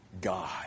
God